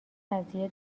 قضیه